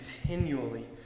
continually